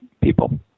people